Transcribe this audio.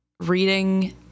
Reading